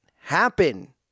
happen